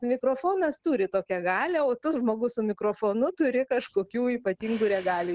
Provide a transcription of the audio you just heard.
mikrofonas turi tokią galią o tu žmogus su mikrofonu turi kažkokių ypatingų regalijų